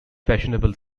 fashionable